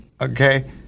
Okay